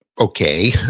Okay